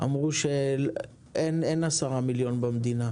אמרו שאין 10 מיליון במדינה.